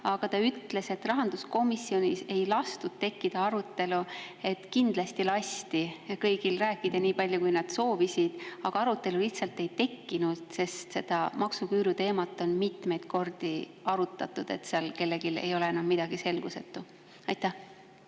aga ta ütles, et rahanduskomisjonis ei lastud tekkida arutelu. Kindlasti lasti kõigil rääkida nii palju, kui nad soovisid, aga arutelu lihtsalt ei tekkinud, sest seda maksuküüru teemat on mitmeid kordi arutatud, seal ei ole kellelgi enam midagi selgusetu. Aitäh!